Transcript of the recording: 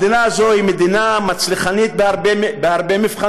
המדינה הזאת היא מדינה מצליחנית בהרבה מבחנים,